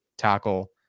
tackle